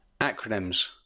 Acronyms